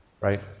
right